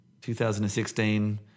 2016